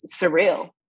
surreal